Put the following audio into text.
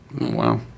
Wow